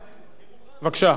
בבקשה,